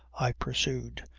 i pursued.